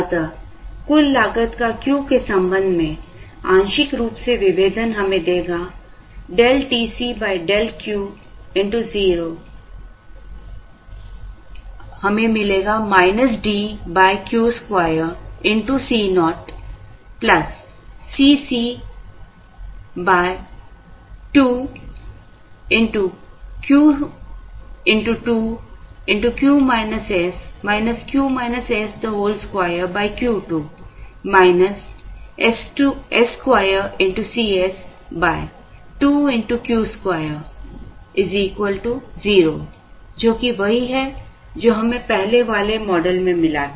अतः कुल लागत का Q के संबंध में आंशिक रूप से विभेदन हमें देगा ∂TC ∂Q0 DQ2C0 Cc2 Q2 - 2Q2 s2Cs2Q2 0 जो कि वही है जो हमें पहले वाले मॉडल में मिला था